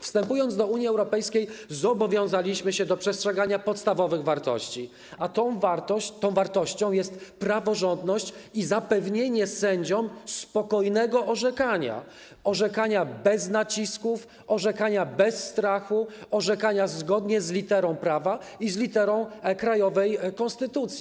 Wstępując do Unii Europejskiej, zobowiązaliśmy się do przestrzegania podstawowych wartości, a tą wartością jest praworządność i zapewnienie sędziom spokojnego orzekania - orzekania bez nacisków, orzekania bez strachu, orzekania zgodnie z literą prawa i z literą krajowej konstytucji.